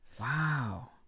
Wow